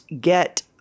get